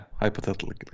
hypothetically